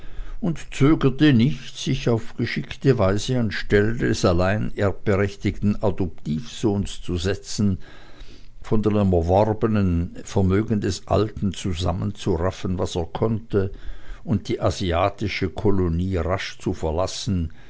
und zögerte nicht sich auf geschickte weise an stelle des allein erbberechtigten adoptivsohnes zu setzen von dem erworbenen vermögen des alten zusammenzuraffen was er konnte und die asiatische kolonie rasch zu verlassen